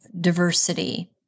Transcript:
diversity